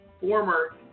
former